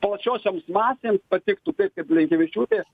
plačiosioms masėms patiktų taip kaip blinkevičiūtė